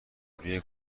روی